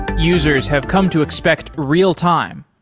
users have come to expect real-time.